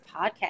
podcast